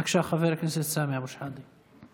בבקשה, חבר הכנסת סמי אבו שחאדה.